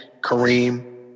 Kareem